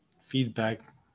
feedback